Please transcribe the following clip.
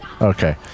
Okay